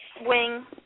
wing